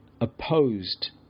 opposed